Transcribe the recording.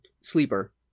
Sleeper